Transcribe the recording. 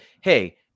Hey